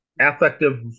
Affective